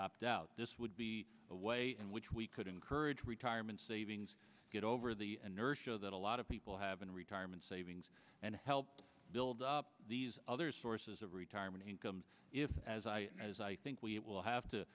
opt out this would be a way in which we could encourage retirement savings get over the inertia that a lot of people have in retirement savings and help build up these other sources of retirement income if as i as i think we will have to